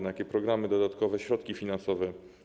Na jakie programy dodatkowe są środki finansowe?